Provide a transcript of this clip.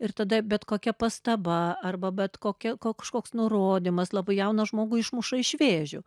ir tada bet kokia pastaba arba bet kokia kažkoks nurodymas labai jauną žmogų išmuša iš vėžių